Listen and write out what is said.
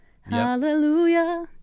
Hallelujah